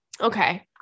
okay